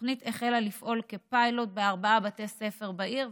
התוכנית החלה לפעול כפיילוט בארבעה בתי ספר בעיר,